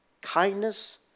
kindness